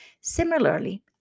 Similarly